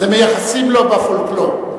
זה מייחסים לו בפולקלור.